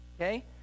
okay